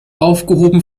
aufgehoben